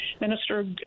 minister